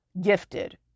gifted